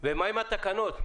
עם התקנות?